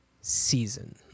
season